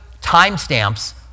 timestamps